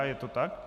Je to tak.